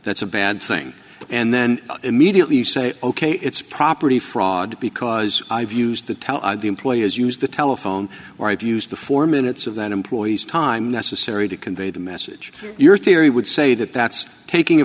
that's a bad thing and then immediately you say ok it's property fraud because i've used to tell the employees use the telephone or i've used the four minutes of that employee's time necessary to convey the message your theory would say that that's taking